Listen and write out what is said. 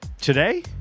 Today